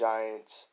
Giants